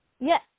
Yes